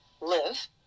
live